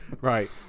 Right